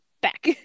back